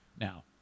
Now